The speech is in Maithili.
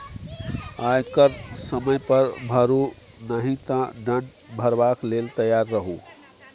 आयकर समय पर भरू नहि तँ दण्ड भरबाक लेल तैयार रहु